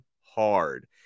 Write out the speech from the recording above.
hard